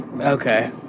Okay